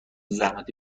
زحمت